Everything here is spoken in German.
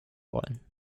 wollen